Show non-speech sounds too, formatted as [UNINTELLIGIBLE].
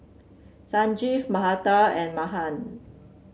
Sanjeev [UNINTELLIGIBLE] and Mahan